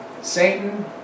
Satan